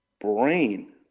brain